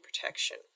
protection